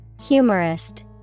Humorist